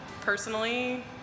personally